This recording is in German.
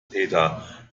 peter